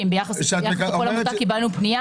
אם זה נכון וכולי.